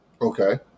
okay